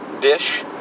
dish